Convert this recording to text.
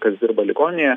kas dirba ligoninėje